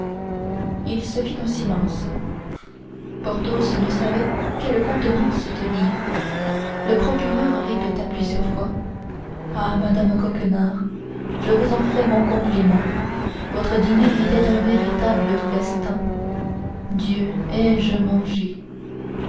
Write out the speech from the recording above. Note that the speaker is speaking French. il se fit un silence porthos ne savait quelle contenance tenir le procureur répéta plusieurs fois ah madame coquenard je vous en fais mon compliment votre dîner était un véritable festin dieu ai-je mangé